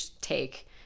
take